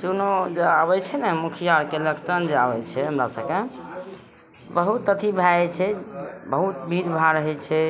चुनाव जे आबै छै ने मुखियाके एलेक्शन जे आबै छै हमरा सभकेँ बहुत अथी भए जाइ छै बहुत भीड़ भाड़ होइ छै